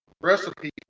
recipe